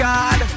God